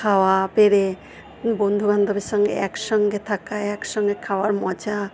খাওয়া পেরে বন্ধুবান্ধবের সঙ্গে একসঙ্গে থাকা একসঙ্গে খাওয়ার মজা